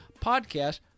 podcast